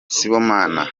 sibomana